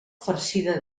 farcida